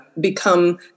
become